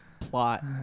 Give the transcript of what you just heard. plot